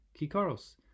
kikaros